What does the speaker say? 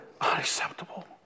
unacceptable